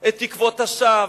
את תקוות השווא,